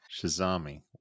shazami